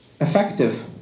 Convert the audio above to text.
effective